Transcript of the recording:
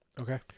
Okay